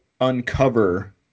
uncover